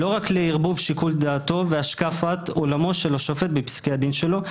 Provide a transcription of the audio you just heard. לא רק לערבוב שיקול דעתו והשקפת עולמו של השופט בפסקי הדין שלו,